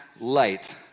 light